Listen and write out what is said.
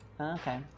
Okay